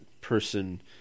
person